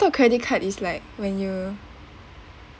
thought credit card is like when you